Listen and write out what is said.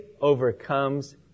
overcomes